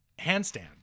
handstand